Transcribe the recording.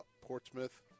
Portsmouth